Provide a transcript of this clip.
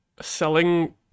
selling